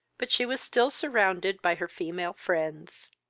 but she was still surrounded by her female friends.